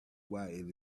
why